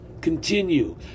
continue